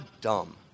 dumb